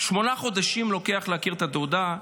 -- שמונה חודשים לוקח להכיר בתעודה,